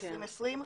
2020,